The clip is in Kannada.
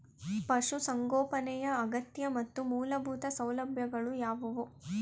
ಪಶುಸಂಗೋಪನೆಯ ಅಗತ್ಯ ಮತ್ತು ಮೂಲಭೂತ ಸೌಲಭ್ಯಗಳು ಯಾವುವು?